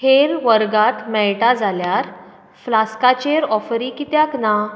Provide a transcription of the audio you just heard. हेर वर्गांत मेळटा जाल्यार फ्लास्कां चेर ऑफरी कित्याक ना